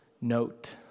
note